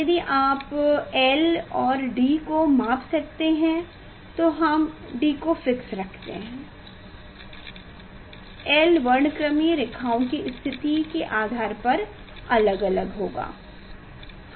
यदि आप l और D को माप सकते हैं तो हम D को फिक्स रखते हैं l वर्णक्रमीय रेखा की स्थिति के आधार पर अलग अलग होगा